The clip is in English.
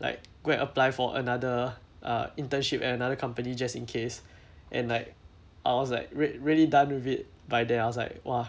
like go and apply for another uh internship at another company just in case and like I was like re~ really done with it by then I was like !wah!